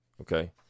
okay